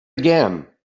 again